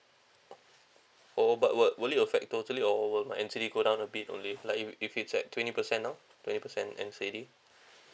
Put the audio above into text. oh but will will it affect totally or over my N_C_D go down a bit only like if if it's at twenty percent now twenty percent N_C_D